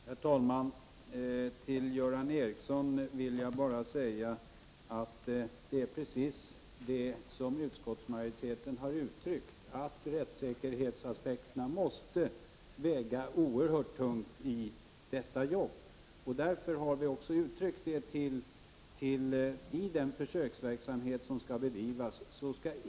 Herr talman! Till Göran Ericsson vill jag bara säga att det som Göran Ericsson påpekar är precis det som som utskottsmajoriteten har uttalat, nämligen att rättssäkerhetsaspekterna måste väga oerhört tungt i detta jobb. Därför har vi uttalat att strikt ägaransvar icke skall vara med i den försöksverksamhet som skall bedrivas.